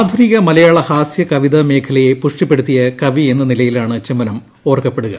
ആധുനിക മലയാള ഹാസ്യ കവിതാ മേഖലയെ പുഷ്ടിപ്പെടുത്തിയ കവി എന്ന നിലയിലാണ് ചെമ്മനം ഓർക്കപ്പെടുക